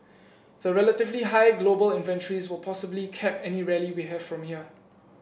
the relatively high global inventories will possibly cap any rally we have from here